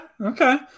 okay